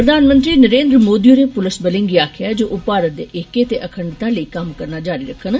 प्रधानमंत्री नरेन्द्र मोदी होरें पुलस बलें गी आक्खेआ ऐ जे ओ भारत दे एक्के ते अखण्डता लेई कम्म करना जारी रक्खन